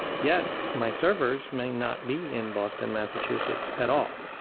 yet, my servers may not be in boston, massachusetts at all.